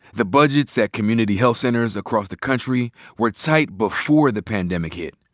the budgets at community health centers across the country were tight before the pandemic hit.